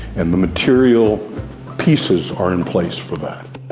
and the material pieces are in place for that.